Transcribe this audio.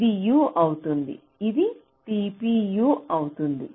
ఇది U అవుతుంది ఇది tpU అవుతుంది